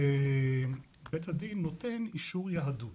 בית הדין נותן אישור יהדות.